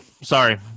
sorry